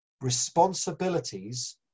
responsibilities